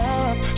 up